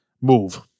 move